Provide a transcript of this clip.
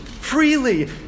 freely